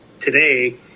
today